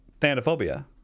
Thanophobia